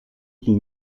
qu’il